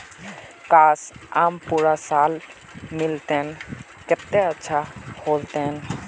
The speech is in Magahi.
काश, आम पूरा साल मिल तने कत्ते अच्छा होल तने